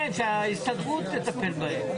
שהוא אומר על הקטע של ההקפצה הכפולה של